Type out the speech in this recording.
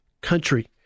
country